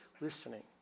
listening